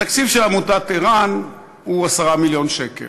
התקציב של עמותת ער"ן הוא 10 מיליון שקל.